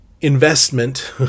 investment